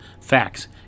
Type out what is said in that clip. facts